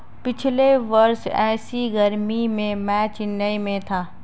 पिछले वर्ष ऐसी गर्मी में मैं चेन्नई में था